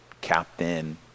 captain